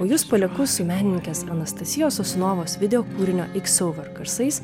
o jus palieku su menininkės anastasijos sosunovos videokūrinio iksouver garsais